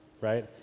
right